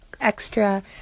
extra